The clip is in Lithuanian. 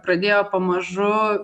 pradėjo pamažu